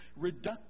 reductive